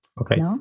Okay